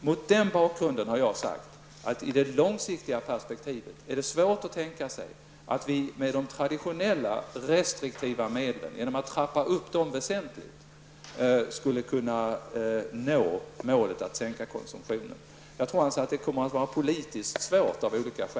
Mot den bakgrunden har jag sagt att det i det långsiktiga perspektivet är svårt att tänka sig att vi genom att väsentligt trappa upp de traditionella restriktiva medlen kan nå målet att sänka konsumtionen. Av olika skäl tror jag att det blir politiskt svårt att göra det.